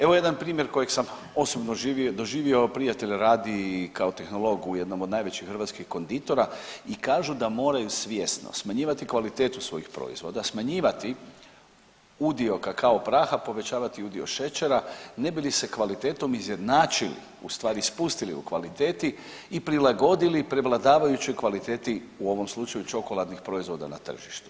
Evo jedna primjer kojeg sam osobno doživio, prijatelj radi kao tehnolog u jednom od najvećih hrvatskih konditora i kažu da moraju svjesno smanjivati kvalitetu svojih proizvoda, smanjivati udio kakao praha, povećavati udio šećera ne bi li se kvalitetom izjednačili, u stvari spustili u kvaliteti i prilagodili prevladavajućoj kvaliteti u ovom slučaju čokoladnih proizvoda na tržištu.